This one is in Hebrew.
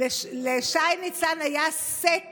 לשי ניצן היה סט